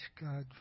God